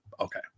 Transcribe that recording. Okay